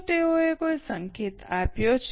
શું તેઓએ કોઈ સંકેત આપ્યો છે